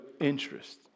interest